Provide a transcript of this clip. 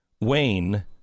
Wayne